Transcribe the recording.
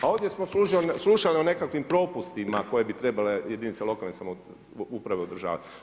Pa ovdje smo slušali o nekakvim propustima koje bi trebale jedinice lokalne samouprave održavati.